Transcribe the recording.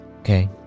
Okay